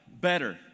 better